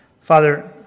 Father